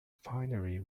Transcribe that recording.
finally